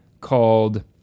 called